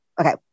okay